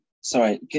sorry